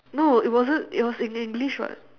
no it wasn't it was in english [what]